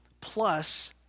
plus